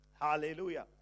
Hallelujah